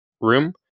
room